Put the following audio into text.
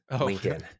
Lincoln